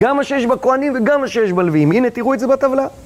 גם מה שיש בכהנים וגם מה שיש בלויים, הנה תראו את זה בטבלה.